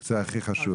זה הכי חשוב.